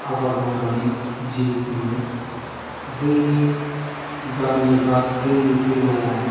आबाद मावनानै जिउ खुङो जोंनि गामि बा जोंनि जिल्लायाव